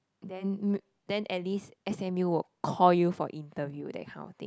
then m~ then at least s_m_u will call you for interview that kind of thing